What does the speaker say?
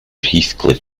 heathcliff